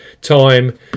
time